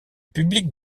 public